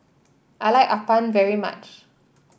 I like Appam very much